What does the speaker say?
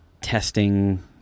testing